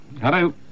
Hello